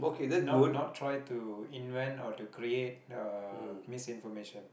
not not try to invent or to create uh misinformation